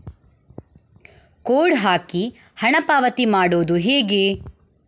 Code ಹಾಕಿ ಹಣ ಪಾವತಿ ಮಾಡೋದು ಹೇಗೆ?